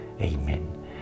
Amen